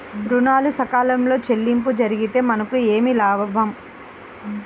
ఋణాలు సకాలంలో చెల్లింపు జరిగితే మనకు ఏమి లాభం?